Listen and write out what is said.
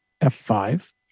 F5